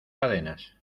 cadenas